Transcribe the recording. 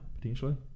potentially